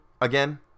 Again